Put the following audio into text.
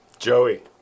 Joey